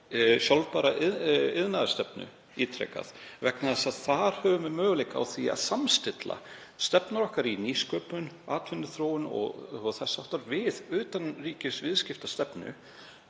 sjálfbæra iðnaðarstefnu vegna þess að þar höfum við möguleika á því að samstilla stefnu okkar í nýsköpun og atvinnuþróun og þess háttar við utanríkisviðskiptastefnu